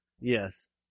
Yes